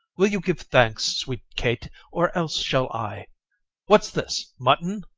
will you give thanks, sweet kate, or else shall i what's this? mutton?